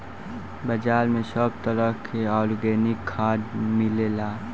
बाजार में सब तरह के आर्गेनिक खाद मिलेला